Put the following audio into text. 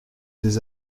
des